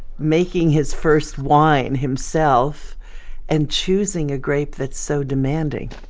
making his first wine himself and choosing a grape that's so demanding